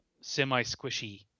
semi-squishy